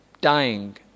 dying